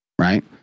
right